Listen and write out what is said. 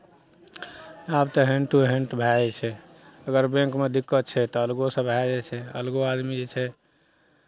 आब तऽ hand to hand भए जाइ छै अगर बैंकमे दिक्कत छै तऽ अलगोसँ भए जाइ छै अलगो आदमी जे छै